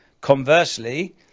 conversely